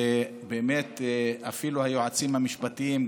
ואפילו היועצים המשפטיים,